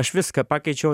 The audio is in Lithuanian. aš viską pakeičiau